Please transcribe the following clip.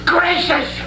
Gracious